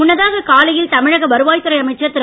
முன்னதாக காலையில் தமிழக வருவாய்த்துறை அமைச்சர் திரு